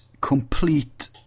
complete